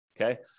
Okay